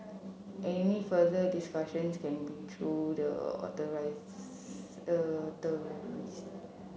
any further discussions can be through the